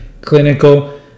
clinical